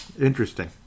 Interesting